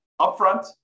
upfront